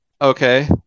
Okay